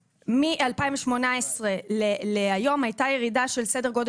מ-2018 להיום היתה ירידה של סדר גודל